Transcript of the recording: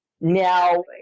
Now